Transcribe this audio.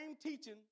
teaching